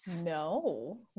No